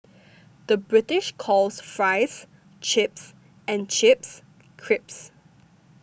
the British calls Fries Chips and Chips Crisps